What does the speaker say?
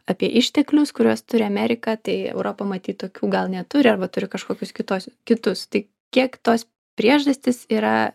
apie išteklius kuriuos turi amerika tai europa matyt tokių gal neturi arba turi kažkokius kituos kitus tai kiek tos priežastys yra